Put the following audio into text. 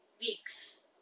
weeks